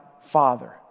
father